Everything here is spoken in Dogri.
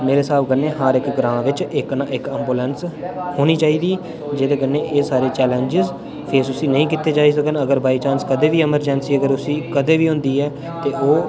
मेरे स्हाब कन्नै हर इक ग्रांऽ बिच इक ना इक एम्बुलेंस होनी चाहिदी जेह्दे कन्नै एह् सारे चैलेंज्स फेस उसी नेईं कीते जाई सकन अगर बाई चांस कदें बी इमरजेंसी अगर उसी कदें बी होंदी ऐ ते ओह्